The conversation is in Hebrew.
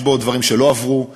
יש בו דברים שלא עברו,